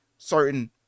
certain